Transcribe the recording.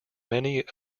many